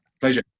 Pleasure